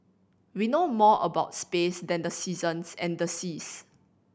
we know more about space than the seasons and the seas